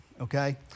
okay